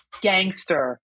gangster